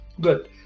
Good